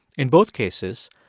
in both cases,